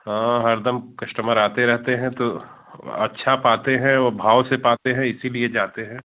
हाँ हरदम कस्टमर आते रहते हैं तो अच्छा पाते हैं व भाव से पाते हैं इसीलिए जाते हैं